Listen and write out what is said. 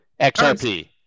XRP